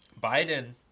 Biden